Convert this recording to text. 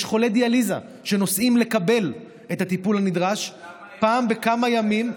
יש חולי דיאליזה שנוסעים לקבל את הטיפול הנדרש פעם בכמה ימים.